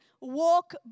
walk